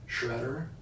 shredder